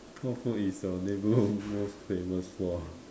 what food is your neighbourhood famous for